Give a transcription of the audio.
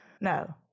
no